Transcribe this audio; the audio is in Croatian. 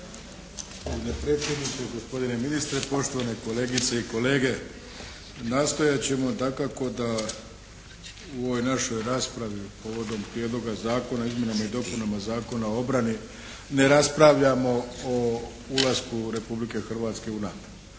predsjedniče, gospodine ministre, poštovane kolegice i kolege. Nastojat ćemo dakako da u ovoj našoj raspravi povodom Prijedloga Zakona o izmjenama i dopunama Zakona o obrani ne raspravljamo o ulasku Republike Hrvatske u NATO.